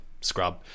scrub